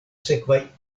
sekvaj